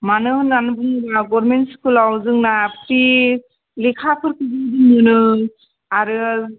मानो होनना बुङोब्ला गरमेन्ट स्कुलाव जोंना पिच लेखाफोर मोनो आरो